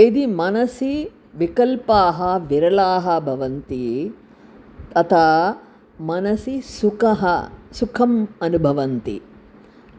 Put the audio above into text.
यदि मनसि विकल्पाः विरलाः भवन्ति अतः मनसि सुखः सुखम् अनुभवन्ति